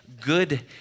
good